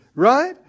Right